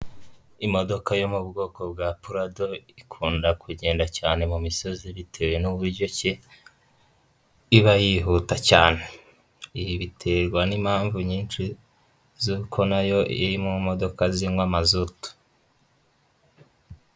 Imodoka yo mu bwoko bwa purado ikunda kugenda cyane mu misozi bitewe n'uburyo ki iba yihuta cyane. Ibi biterwa n'impamvu nyinshi z'uko na yo iba iri mu modoka zinywa amazutu.